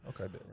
Okay